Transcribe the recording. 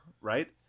right